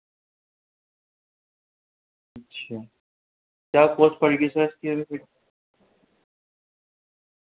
اچھا کیا پوسٹ پڑھے گی سر اس کی